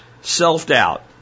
Self-doubt